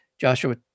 joshua